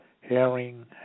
Herring